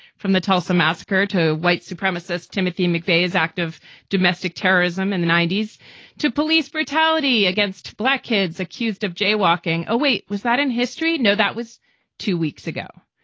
from the tulsa massacre to white supremacist timothy mcveigh is act of domestic terrorism in the ninety s to police brutality against black kids accused of jaywalking. oh, wait. was that in history? no, that was two weeks ago.